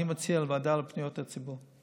אני מציע לוועדה לפניות הציבור.